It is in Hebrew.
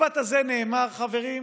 המשפט הזה נאמר, חברים,